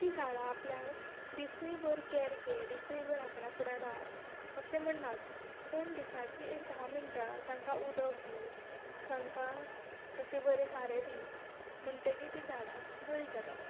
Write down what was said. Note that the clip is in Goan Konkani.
ती झाडां आपल्या दिसूय भर कॅर घे दिसूय भर आपणा फुडें राव अशें म्हणनात पूण दिसांची एक धा मिणटां तांकां उदक दी तांकां अशे बरें सारें दी म्हणटगीर ती झाडां बरी जातात